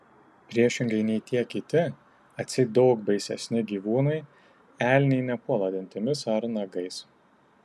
priešingai nei tie kiti atseit daug baisesni gyvūnai elniai nepuola dantimis ar nagais